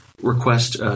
request